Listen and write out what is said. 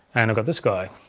and i've got this guy.